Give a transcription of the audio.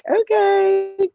okay